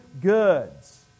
goods